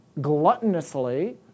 gluttonously